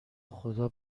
خدا